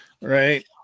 right